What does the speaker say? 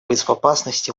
безопасности